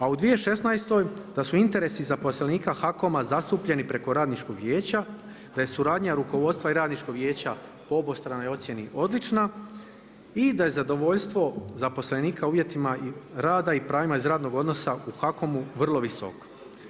A u 2016. da su interesi zaposlenika HAKOM-a zastupljeni preko radničkih vijeća, da je suradnja rukovodstva i radničkog vijeća po obostranoj ocjeni odlična i da je zadovoljstvo zaposlenika uvjetima rada i pravima iz radnog odnosa u HAKOM-u vrlo visoko.